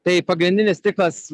tai pagrindinis tikslas